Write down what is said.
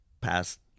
past